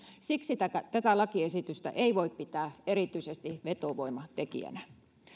siksi tätä tätä lakiesitystä ei voi pitää erityisesti vetovoimatekijänä